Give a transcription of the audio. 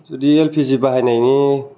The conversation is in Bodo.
जुदि एल पि जि बाहायनायनि